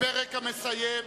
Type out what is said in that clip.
לפרק המסיים.